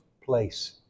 place